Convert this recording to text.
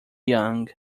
young